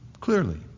Clearly